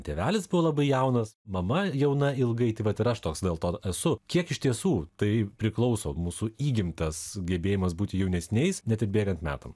tėvelis buvo labai jaunas mama jauna ilgai tai vat ir aš toks dėl to esu kiek iš tiesų tai priklauso mūsų įgimtas gebėjimas būti jaunesniais net ir bėgant metam